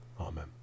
Amen